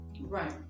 right